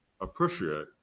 appreciate